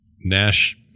Nash